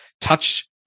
touch